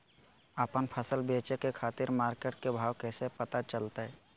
आपन फसल बेचे के खातिर मार्केट के भाव कैसे पता चलतय?